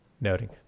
noting